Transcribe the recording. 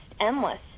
endless